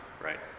right